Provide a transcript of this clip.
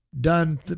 done